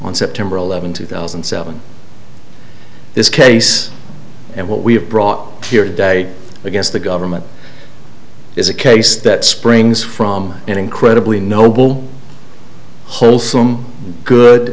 on september eleventh two thousand and seven this case and what we have brought here today against the government is a case that springs from an incredibly noble wholesome good